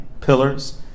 pillars